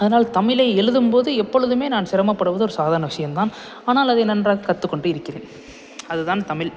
அதனால தமிழை எழுதும் போது எப்பொழுதுமே நான் சிரமப்படுவது ஒரு சாதாரண விஷயந்தான் ஆனால் அதை நன்றாக கற்றுக்கொண்டு இருக்கிறேன் அது தான் தமிழ்